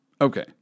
Okay